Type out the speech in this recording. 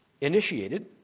initiated